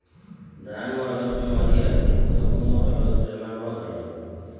धान म अलग बेमारी आथे, गहूँ म अलग, चना म अलग